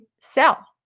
sell